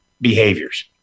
behaviors